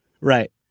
right